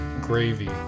gravy